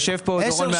יושב פה דורון מהלמ"ס.